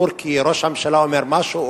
כי ראש הממשלה אומר משהו,